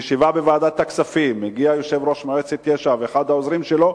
לישיבה בוועדת הכספים הגיעו יושב-ראש מועצת יש"ע ואחד העוזרים שלו,